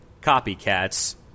copycats